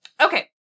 okay